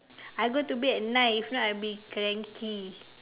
I go to the bed at nine if not I will be cranky